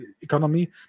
economy